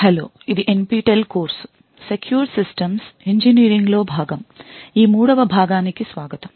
hello ఇది NPTEL course secure systems ఇంజనీరింగ్లో భాగం ఈ 3వ భాగానికి స్వాగతం